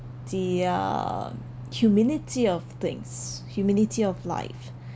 the uh humility of things humility of life